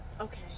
Okay